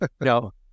No